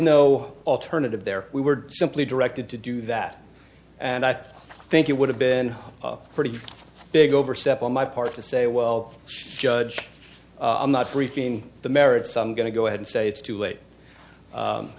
no alternative there we were simply directed to do that and i thought i think it would have been a pretty big overstep on my part to say well judge i'm not freaking the merits i'm going to go ahead and say it's too late